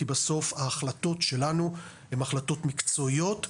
כי בסוף ההחלטות שלנו הן החלטות מקצועיות ונכונות.